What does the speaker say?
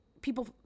people